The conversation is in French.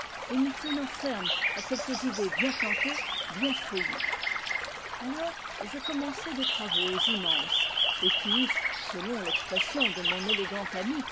et m'y tenant ferme à quelques idées bien plantées bien feuillues alors je commençai des travaux immenses et qui eussent selon l'expression de mon élégant ami